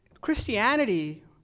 Christianity